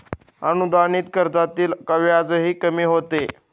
अनुदानित कर्जातील व्याजही कमी होते